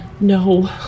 No